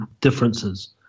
differences